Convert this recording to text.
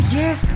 yes